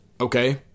okay